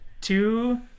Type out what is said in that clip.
two